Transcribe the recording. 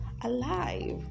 alive